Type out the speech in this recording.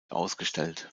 ausgestellt